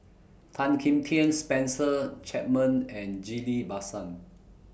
Tan Kim Tian Spencer Chapman and Ghillie BaSan